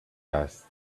dust